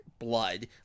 Blood